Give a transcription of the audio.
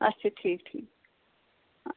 اَچھا ٹھیٖک ٹھیٖک